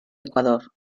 ecuador